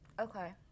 Okay